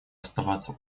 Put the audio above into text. оставаться